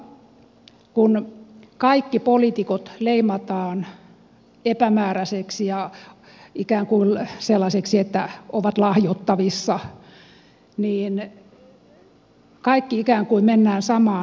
samalla kun kaikki poliitikot leimataan epämääräisiksi ja sellaisiksi että he ovat lahjottavissa niin kaikki ikään kuin mennään samaan suohon